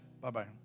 Bye-bye